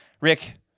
Rick